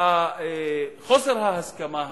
חוסר ההסכמה הזה,